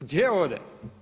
Gdje ode?